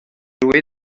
joué